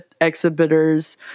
exhibitors